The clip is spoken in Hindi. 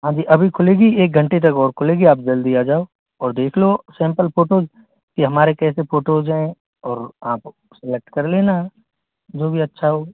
हाँ जी अभी खुलेगी एक घंटे तक और खुलेगी आप जल्दी आ जाओ और देख लो सैंपल फ़ोटोज़ कि हमारे कैसे फ़ोटोज़ हैं और आप सेलेक्ट कर लेना जो भी अच्छा हो